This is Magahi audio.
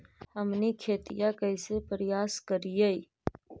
हमनी खेतीया कइसे परियास करियय?